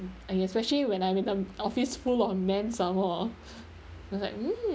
and especially when I'm in the office full of men some more I was like mm~